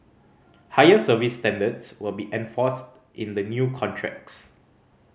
higher service standards will be enforced in the new contracts